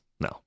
no